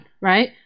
right